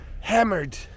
hammered